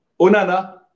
Onana